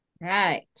Right